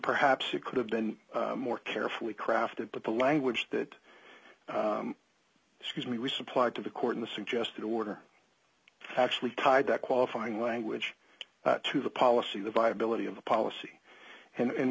perhaps it could have been more carefully crafted but the language that says we resupplied to the court in the suggested order actually tied that qualifying language to the policy the viability of the policy and